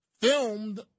filmed